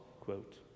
quote